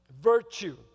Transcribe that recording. Virtue